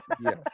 Yes